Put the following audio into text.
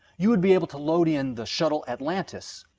you would be able to load in the shuttle atlantis,